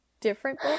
different